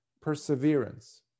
perseverance